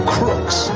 Crooks